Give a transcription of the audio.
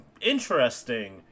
interesting